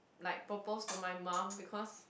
like propose to my mum because